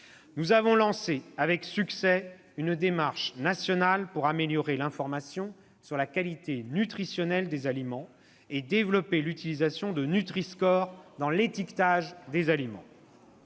Nous avons lancé avec succès une démarche nationale pour améliorer l'information sur la qualité nutritionnelle des aliments et développer l'utilisation de nutri-score dans l'étiquetage des aliments.